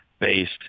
based